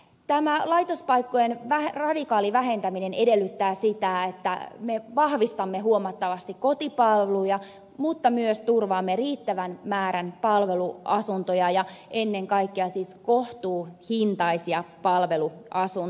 tämä laitospaikkojen radikaali vähentäminen edellyttää sitä että me vahvistamme huomattavasti kotipalveluja mutta myös turvaamme riittävän määrän palveluasuntoja ja ennen kaikkea siis kohtuuhintaisia palveluasuntoja